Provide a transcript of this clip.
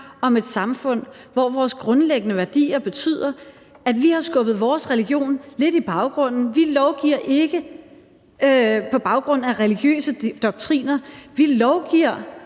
om et samfund, hvor vores grundlæggende værdier betyder, at vi har skubbet vores religion lidt i baggrunden. Vi lovgiver ikke på baggrund af religiøse doktriner; vi lovgiver